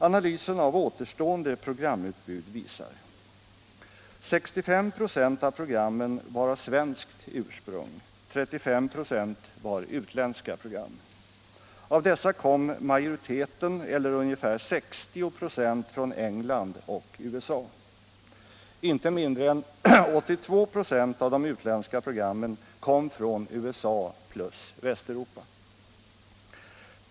Analysen av det återstående programutbudet visar: 65 96 av programmen var av svenskt ursprung, 35 96 var utländska program, varav majoriteten, eller ungefär 60 96, kom från England och USA. Inte mindre än 82 26 av de utländska programmen kom från USA och Västeuropa.